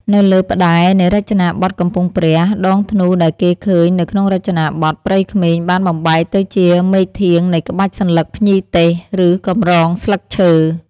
នៅលើផ្តែរនៃរចនាបថកំពង់ព្រះ ដងធ្នូដែលគេឃើញនៅក្នុងរចនាបថ ព្រៃក្មេងបានបំបែកទៅជាមែកធាងនៃក្បាច់សន្លឹកភ្ញីទេសឬកម្រងស្លឹកឈើ ។